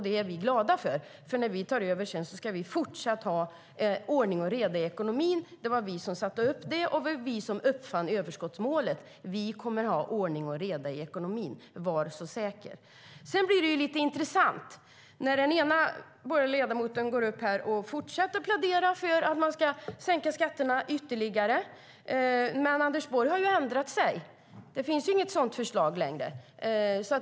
Det är vi glada för. När vi tar över ska vi fortsätta att ha ordning och reda i ekonomin. Det var vi som skapade den, och det var vi som uppfann överskottsmålet. Vi kommer att ha ordning och reda i ekonomin - var så säker. Sedan blir det lite intressant. Den ena borgerliga ledamoten går här upp i talarstolen och fortsätter att plädera för att sänka skatterna ytterligare. Men Anders Borg har ändrat sig. Det finns inget sådant förslag längre.